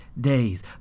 days